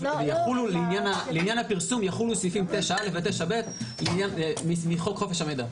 לעניין הפרסום יחולו סעיפים 9א ו-9ב מחוק חופש המידע,